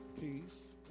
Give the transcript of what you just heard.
Peace